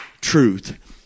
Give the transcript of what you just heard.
truth